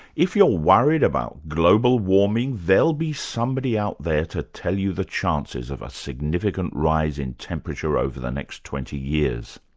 if you're worried about global warming, there'll be somebody out there to tell you the chances of a significant rise in temperature over the next twenty years.